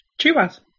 Chivas